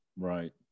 right